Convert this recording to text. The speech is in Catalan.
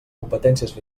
competències